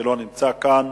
שלא נמצא כאן,